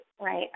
right